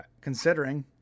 considering